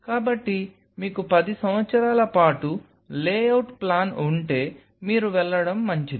కాబట్టి మీకు 10 సంవత్సరాల పాటు లే అవుట్ ప్లాన్ ఉంటే మీరు వెళ్లడం మంచిది